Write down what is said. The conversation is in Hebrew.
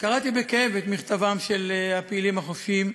קראתי בכאב את מכתבם של "הפעילים החופשיים",